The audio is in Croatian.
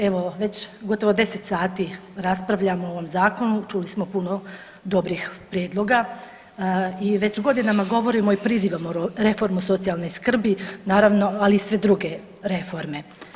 Evo već gotovo 10 sati raspravljamo o ovom zakonu, čuli smo puno dobrih prijedloga i već godinama govorimo i prizivamo reformu socijalne skrbi, naravno ali i sve druge reforme.